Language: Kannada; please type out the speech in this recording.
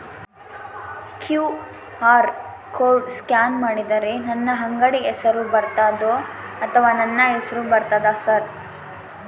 ಕ್ಯೂ.ಆರ್ ಕೋಡ್ ಸ್ಕ್ಯಾನ್ ಮಾಡಿದರೆ ನನ್ನ ಅಂಗಡಿ ಹೆಸರು ಬರ್ತದೋ ಅಥವಾ ನನ್ನ ಹೆಸರು ಬರ್ತದ ಸರ್?